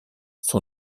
son